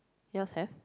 yours have